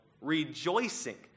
rejoicing